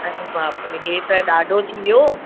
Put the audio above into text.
अड़े बाप रे हे त ॾाढो थी वियो